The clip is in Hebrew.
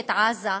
שחונקת את עזה,